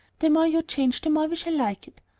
the more you change the more we shall like it.